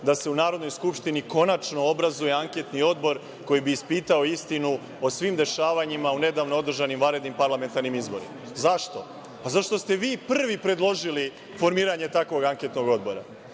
da se u Narodnoj skupštini konačno obrazuje anketni odbor koji bi ispitao istinu o svim dešavanjima u nedavno održanim vanrednim parlamentarnim izborima. Zašto? Zato što ste vi prvi predložili formiranje takvog anketnog odbora.